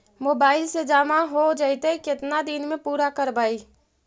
Mobile से जामा हो जैतय, केतना दिन में पुरा करबैय?